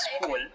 school